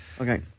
Okay